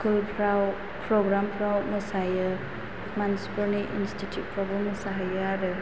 school फ्राव programme फ्राव मोसायो मानसिफोरनि इन्सटिटिउट फ्रावबो मोसाहैयो आरो